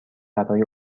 برای